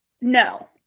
No